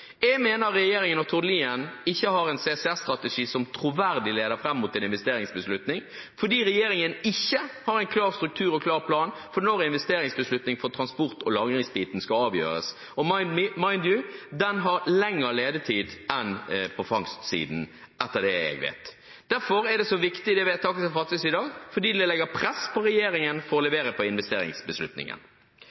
Jeg mener regjeringen og Tord Lien ikke har en CCS-strategi som troverdig leder fram mot en investeringsbeslutning, fordi regjeringen ikke har en klar struktur og en klar plan for når investeringsbeslutning for transport- og lagringsbiten skal avgjøres. Og «mind you»: Den har lengre levetid enn fangstsiden, etter det jeg vet. Derfor er det så viktig, det vedtaket som fattes i dag, for det legger press på regjeringen for å levere på investeringsbeslutningen.